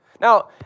Now